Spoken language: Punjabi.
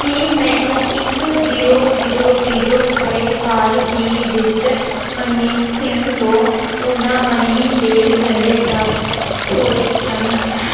ਕੀ ਮੈਨੂੰ ਇੱਕ ਜ਼ੀਰੋ ਜ਼ੀਰੋ ਜ਼ੀਰੋ ਰੁਪਏ ਹਾਲ ਹੀ ਵਿੱਚ ਮਨਮੀਤ ਸਿੰਘ ਤੋਂ ਓਲਾ ਮਨੀ ਦੇ ਜ਼ਰੀਏ ਪ੍ਰਾਪਤ ਹੋਏ ਹਨ